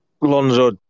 Lonzo